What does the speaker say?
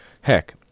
Heck